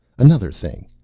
another thing.